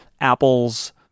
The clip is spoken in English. Apple's